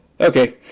okay